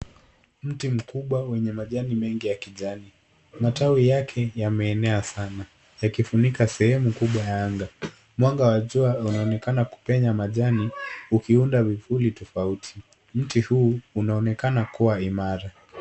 Mti mkubwa wenye majani mengi ya kijani. Matawi yake yameenea sana yakifunika sehemu kubwa ya anga. Mwanga wa jua unaonekana kupenya majani ukiunda vivuli tofauti. Mti huu unaonekana kuwa imara.